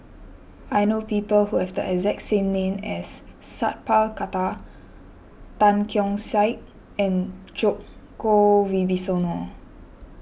I know people who have the exact name as Sat Pal Khattar Tan Keong Saik and Djoko Wibisono